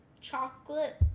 chocolate